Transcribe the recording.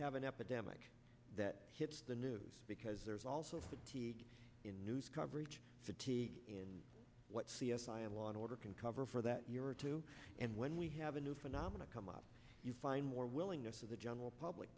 have an epidemic that hits the news because there's also fatigue in news coverage fatigue in what c s i and law and order can cover for that year or two and when we have a new phenomena come up you find more willingness of the general public